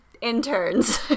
interns